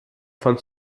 von